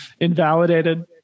invalidated